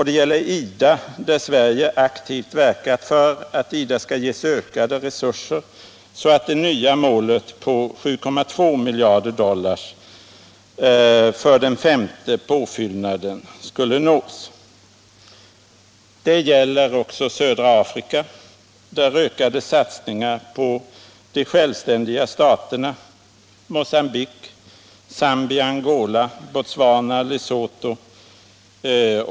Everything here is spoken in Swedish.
Det gäller IDA — Sverige har aktivt verkat för att IDA skall ges ökade resurser så att det nya målet på 7,2 miljarder dollar för den femte påfyllnaden skall nås.